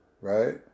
right